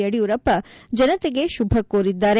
ಯಡಿಯೂರಪ್ಪ ಜನತೆಗೆ ಶುಭ ಹಾರ್ೈಸಿದ್ದಾರೆ